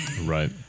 Right